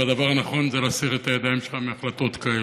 והדבר הנכון זה להסיר את הידיים שלך מהחלטות כאלה.